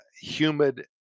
humid